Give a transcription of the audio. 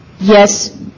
yes